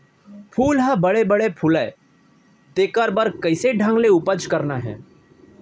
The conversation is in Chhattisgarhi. फूल ह बड़े बड़े फुलय तेकर बर कइसे ढंग ले उपज करना हे